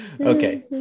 Okay